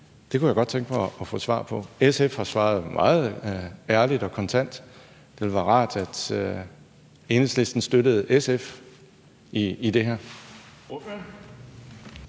Det kunne jeg godt tænke mig at få svar på. SF har svaret meget ærligt og kontant. Det ville være rart, hvis Enhedslisten støttede SF i det her.